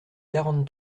quarante